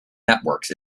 networks